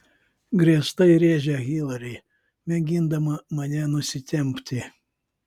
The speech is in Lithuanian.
griežtai rėžia hilari mėgindama mane nusitempti